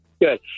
Good